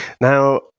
Now